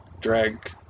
drag